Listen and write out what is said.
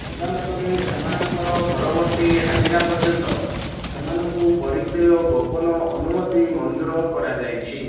ଅଦାଲତରେ ସେମାନଙ୍କର ପରବର୍ତ୍ତୀ ହାଜିରା ପର୍ଯ୍ୟନ୍ତ ସେମାନଙ୍କୁ ପରିଚୟ ଗୋପନ ଅନୁମତି ମଞ୍ଜୁର କରାଯାଇଛି